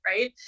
Right